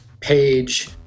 page